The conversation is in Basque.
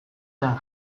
zen